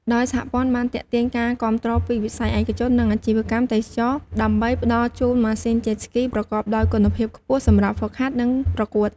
ដោយសហព័ន្ធបានទាក់ទាញការគាំទ្រពីវិស័យឯកជន និងអាជីវកម្មទេសចរណ៍ ដើម្បីផ្ដល់ជូនម៉ាស៊ីន Jet Ski ប្រកបដោយគុណភាពខ្ពស់សម្រាប់ហ្វឹកហាត់ និងប្រកួត។